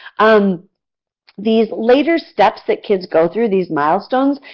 um these later steps that kids go through, these milestones,